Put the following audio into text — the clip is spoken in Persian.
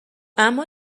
اما